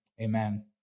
Amen